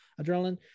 adrenaline